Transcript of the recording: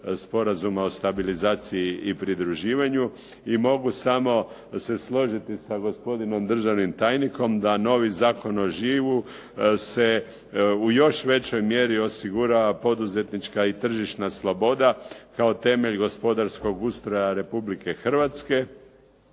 Sporazuma o stabilizaciji i pridruživanju. I mogu samo se složiti sa gospodinom državnim tajnikom da novi Zakon o žigu se u još većoj mjeri osigurava poduzetnička i tržišna sloboda kao temelj gospodarskog ustroja Republike Hrvatske